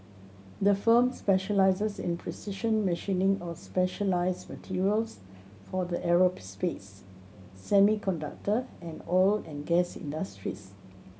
the firm specialises in precision machining of specialised materials for the aerospace semiconductor and oil and gas industries